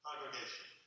congregation